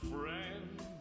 friend